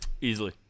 Easily